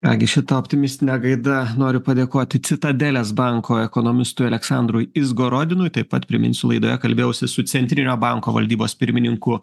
ką gi šita optimistine gaida noriu padėkoti citadelės banko ekonomistui aleksandrui izgorodinui taip pat priminsiu laidoje kalbėjausi su centrinio banko valdybos pirmininku